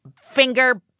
finger